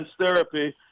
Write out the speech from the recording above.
therapy